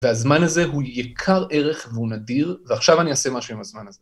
והזמן הזה הוא יקר ערך והוא נדיר, ועכשיו אני אעשה משהו עם הזמן הזה.